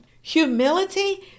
Humility